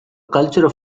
culture